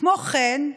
כמו כן,